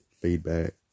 feedback